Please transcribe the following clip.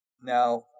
Now